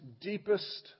deepest